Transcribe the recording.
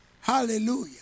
Hallelujah